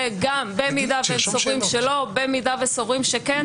במידה והם סוברים שלא, במידה וסוברים שכן